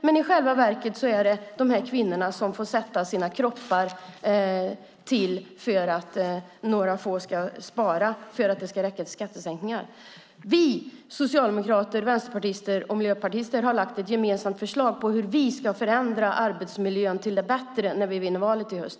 Men i själva verket är det de här kvinnorna som får sätta sina kroppar till för att pengar ska sparas för att det ska räcka till skattesänkningar. Vi socialdemokrater, vänsterpartister och miljöpartister har lagt ett gemensamt förslag på hur vi ska förändra arbetsmiljön till det bättre när vi vinner valet i höst.